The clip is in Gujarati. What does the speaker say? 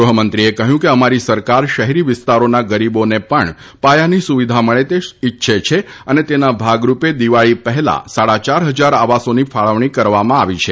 ગૃહમંત્રી એ કહ્યુ કે અમારી સરકાર શહેરી વિસ્તારોના ગરીબોને પણ પાયાની સુવિધા મળે તેવું ઇચ્છે છે અને તેના ભાગરૂપે દિવાળી પહેલા સાડા ચાર હજાર આવાસોની ફાળવણી કરવામાં આવી છે